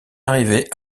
arrivée